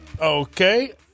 okay